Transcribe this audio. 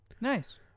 Nice